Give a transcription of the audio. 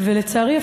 ולצערי,